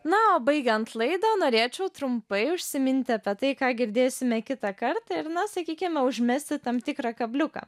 na o baigiant laidą norėčiau trumpai užsiminti apie tai ką girdėsime kitą kartą ir na sakykime užmesti tam tikrą kabliuką